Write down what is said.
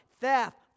theft